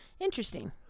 Interesting